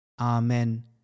Amen